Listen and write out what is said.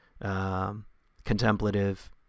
contemplative